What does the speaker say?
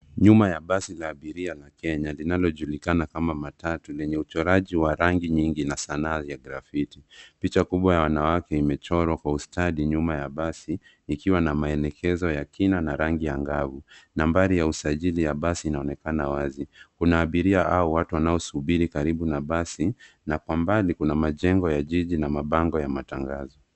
Nyuma la basi la abiria la Kenya, linalojulikana kama matatu, lenye uchoraji wa rangi nyingi na sanaa ya grafiti. Picha kubwa ya wanawake imechorwa kwa ustadi nyuma ya basi, ikiwa na maenekezo ya kina na rangi ya ngavu. Nambari ya usajili ya basi inaonekana wazi. Kuna abiria au watu wanaosubiri karibu na basi na kwa mbali kuna majengo ya jiji na mabango ya matangazo.